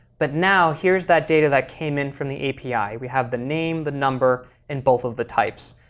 but now here's that data that came in from the api. we have the name, the number, and both of the types.